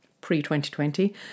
pre-2020